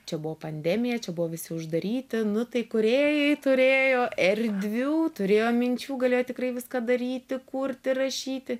čia buvo pandemija čia buvo visi uždaryti nu tai kūrėjai turėjo erdvių turėjo minčių galėjo tikrai viską daryti kurti rašyti